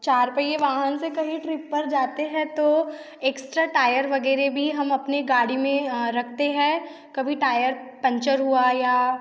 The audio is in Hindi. चार पहिए वाहन से कहीं ट्रिप पर जाते हैं तो एक्स्ट्रा टायर वग़ैरह भी हम अपने गाड़ी में रखते है कभी टायर पंक्चर हुआ